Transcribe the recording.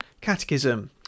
Catechism